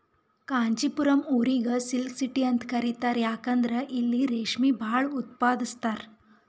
ಕಾಂಚಿಪುರಂ ಊರಿಗ್ silk city ಅಂತ್ ಕರಿತಾರ್ ಯಾಕಂದ್ರ್ ಇಲ್ಲಿ ರೇಶ್ಮಿ ಭಾಳ್ ಉತ್ಪಾದಸ್ತರ್